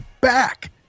back